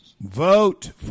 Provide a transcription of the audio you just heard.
vote